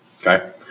Okay